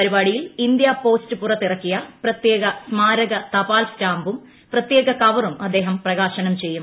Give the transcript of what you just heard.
പരിപാടിയിൽ India Post പുറത്തിറക്കിയ പ്രത്യേക സ്മാരക തപാൽ സ്റ്റാമ്പും പ്രത്യേക കവറും അദ്ദേഹം പ്രകാശനം ചെയ്യും